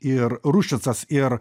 ir ruščicas ir